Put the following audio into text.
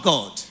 God